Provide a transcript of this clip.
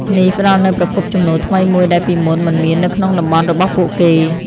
នេះផ្តល់នូវប្រភពចំណូលថ្មីមួយដែលពីមុនមិនមាននៅក្នុងតំបន់របស់ពួកគេ។